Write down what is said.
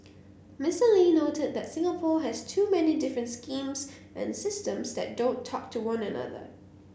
Mister Lee noted that Singapore has too many different schemes and systems that don't talk to one another